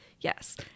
yes